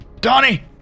Donnie